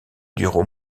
durent